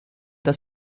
das